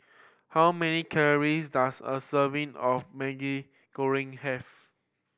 how many calories does a serving of Maggi Goreng have